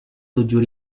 tujuh